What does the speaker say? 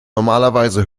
normalerweise